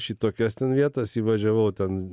aš į tokias ten vietas įvažiavau ten